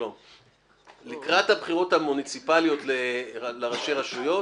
לקראת הבחירות המוניציפליות לראשי הרשויות